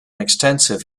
extensive